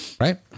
right